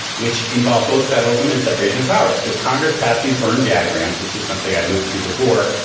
which involved both federalism and separation of powers because congress passed these byrne jag grants. this is something i alluded to before.